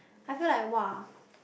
I feel like [wah]